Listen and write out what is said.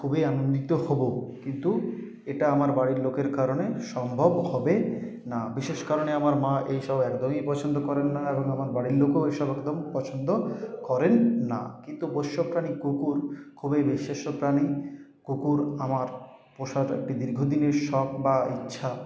খুবই আনন্দিত হবো কিন্তু এটা আমার বাড়ির লোকের কারণে সম্ভব হবে না বিশেষ কারণে আমার মা এইসব একদমই পছন্দ করেন না এবং আমার বাড়ির লোকও এসব একদম পছন্দ করেন না কিন্তু পোষ্য প্রাণী কুকুর খুবই বিশেষ্য প্রাণী কুকুর আমার পোষার দীর্ঘদিনের শখ বা ইচ্ছা